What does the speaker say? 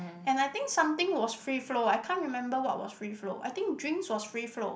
and I think something was free flow I can't remember what was free flow I think drinks was free flow